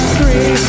three